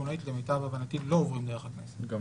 למיטב הבנתי לא עוברים ביחד --- אנחנו